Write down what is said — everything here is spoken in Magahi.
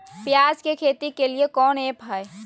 प्याज के खेती के लिए कौन ऐप हाय?